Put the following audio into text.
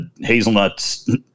hazelnuts